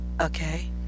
Okay